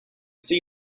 see